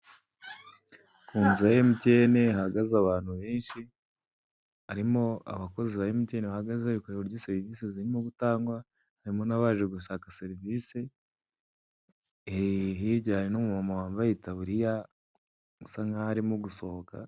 Kunzu ya MTN hahagaze abantu benshi harimo abakozi ba MTN bahagaze bari kureba uburyo serivise zimwe zitangwa, harimo n'abaje gushaka serivise , hirya hari n'umuntu wambaye itaburiya usa nkaho arimo gusohoka.